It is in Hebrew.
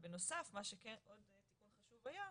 בנוסף, מה שכן עוד דבר חשוב היה,